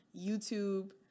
YouTube